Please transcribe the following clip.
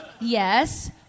Yes